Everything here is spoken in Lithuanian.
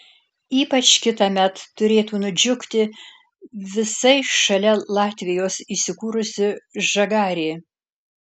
ypač kitąmet turėtų nudžiugti visai šalia latvijos įsikūrusi žagarė